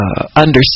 understand